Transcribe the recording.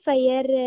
Fire